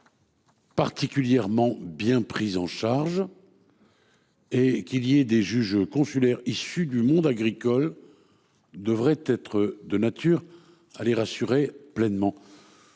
particulièrement bien pris en charge. Le fait que des juges consulaires soient issus du monde agricole devrait être de nature à les rassurer pleinement.